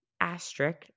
asterisk